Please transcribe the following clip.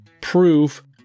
proof